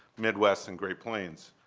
midwest, and great plains,